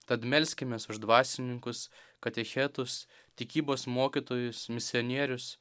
tad melskimės už dvasininkus katechetus tikybos mokytojus misionierius